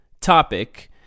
topic